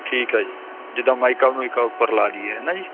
ਠੀਕ ਆ ਜੀ ਜਿੱਦਾਂ ਮਾਈਕਾ ਮੁਈਕਾ ਉੱਪਰ ਲਾ ਦਈਏ ਹੈ ਨਾ ਜੀ